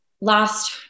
last